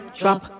drop